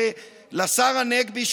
לשר הנגבי,